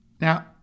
Now